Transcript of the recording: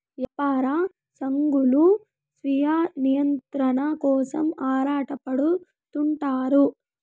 యాపార సంఘాలు స్వీయ నియంత్రణ కోసం ఆరాటపడుతుంటారు